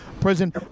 prison